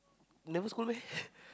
never scold me